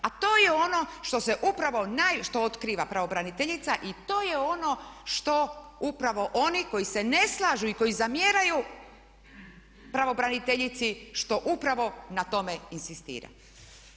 A to je ono što se upravo, što otkriva pravobraniteljica i to je ono što upravo oni koji se ne slažu i koji zamjeraju pravobraniteljici što upravo na tome inzistira.